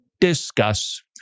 Discuss